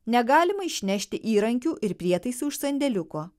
negalima išnešti įrankių ir prietaisų iš sandėliuko